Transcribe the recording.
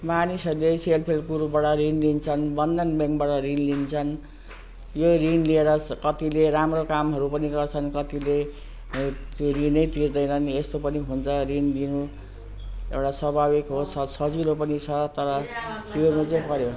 मानिसहरले self help ग्रुपबाट ऋण लिन्छन् बन्धन ब्याङ्कबाट ऋण लिन्छन् यो ऋण लिएर कतिले राम्रो कामहरू पनि गर्छन् कतिले त्यो ऋणै तिर्दैनन् यस्तो पनि हुन्छ ऋण लिनु एउटा स्वाभाविक हो सज सजिलो पनि छ तर तिर्नु चाहिँ पऱ्यो